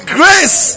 grace